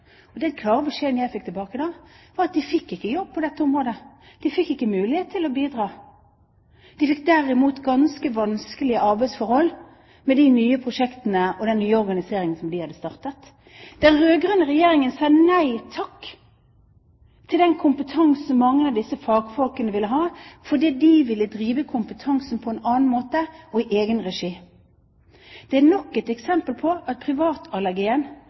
Og den klare beskjeden jeg fikk da, var at de fikk ikke jobb på dette området. De fikk ikke mulighet til å bidra. De fikk derimot ganske vanskelige arbeidsforhold med de nye prosjektene og den nye organiseringen som var startet. Den rød-grønne regjeringen sa nei takk til den kompetansen mange av disse fagfolkene hadde, fordi de ville drive kompetansen på en annen måte og i egen regi. Det er nok et eksempel på at